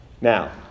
Now